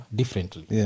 differently